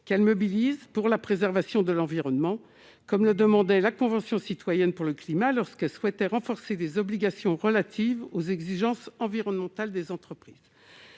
qu'elle mobilise pour la préservation de l'environnement, comme le demandait la Convention citoyenne pour le climat lorsque souhaitait renforcer les obligations relatives aux exigences environnementales des entreprises,